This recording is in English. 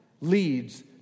leads